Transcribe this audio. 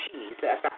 Jesus